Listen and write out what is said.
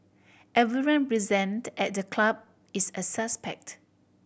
everyone present at the club is a suspect